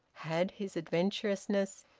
had his adventurousness,